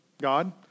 God